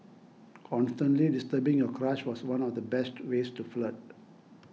constantly disturbing your crush was one of the best ways to flirt